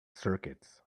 circuits